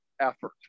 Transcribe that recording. effort